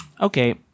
Okay